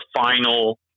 final